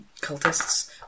cultists